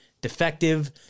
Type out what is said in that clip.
defective